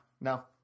No